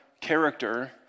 character